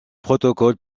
protocole